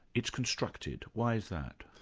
it's constructed why is that?